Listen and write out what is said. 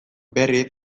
berriz